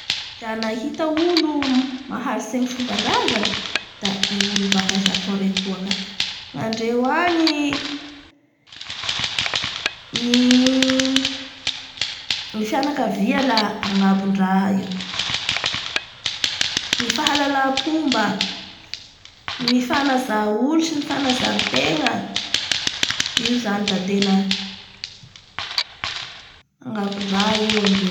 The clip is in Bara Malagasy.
la nahaita olo naharitsy amin'ny fombandrazany da i olo baka japon retoa ka ngandreo agny ny um-ny fianakavia la angambondraha io ny fahalalampomba ny fanaja olo sy ny fanaja ny tena io zany da tena angabondraha io amindreo.